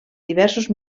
diversos